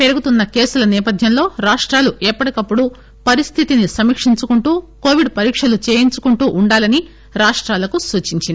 పెరుగుతున్న కేసుల నేపథ్యంలో రాష్టాలు ఎప్పటికప్పుడు పరిస్థితిని సమీకించుకుంటూ కోవిడ్ పరీక్షలు చేయించుకుంటూ వుండాలని రాష్టాలకు సూచించింది